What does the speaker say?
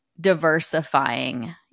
diversifying